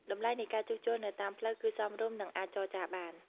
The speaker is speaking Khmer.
តម្លៃនៃការជួសជុលនៅតាមផ្លូវគឺសមរម្យនិងអាចចរចាបាន។